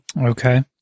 Okay